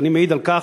אני מעיד על כך,